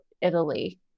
Italy